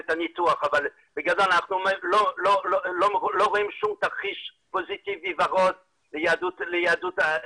בגדול אנחנו לא רואים שום תרחיש פוזיטיבי ורוד ליהדות אירופה.